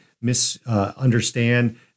misunderstand